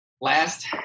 Last